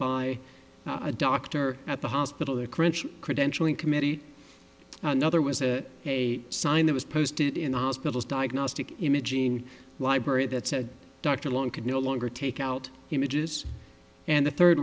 by a doctor at the hospital or crunch credentialing committee another was a a sign that was posted in the hospital's diagnostic imaging library that said dr long could no longer take out images and the third